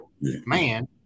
man